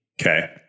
Okay